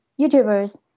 youtubers